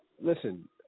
listen